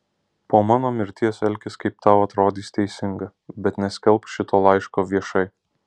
po mano mirties elkis kaip tau atrodys teisinga bet neskelbk šito laiško viešai